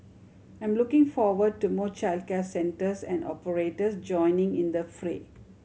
I'm looking forward to more childcare centres and operators joining in the fray